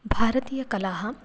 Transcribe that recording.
भारतीयकलाः